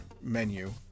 menu